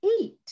eat